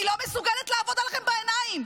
אני לא מסוגלת לעבוד עליכם בעיניים,